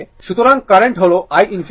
সুতরাং কারেন্ট হল iinfinity হল VsR